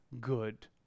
good